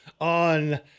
on